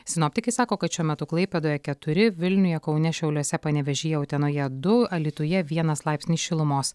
sinoptikai sako kad šiuo metu klaipėdoje keturi vilniuje kaune šiauliuose panevėžyje utenoje du alytuje vienas laipsnis šilumos